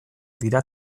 dira